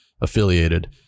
affiliated